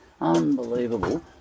unbelievable